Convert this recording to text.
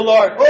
Lord